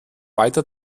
weiter